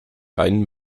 rein